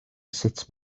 sut